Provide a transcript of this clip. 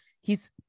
he's-